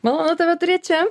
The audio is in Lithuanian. malonu tave turėt čia